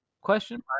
Question